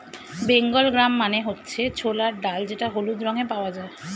Bengal gram মানে হচ্ছে ছোলার ডাল যেটা হলুদ রঙে পাওয়া যায়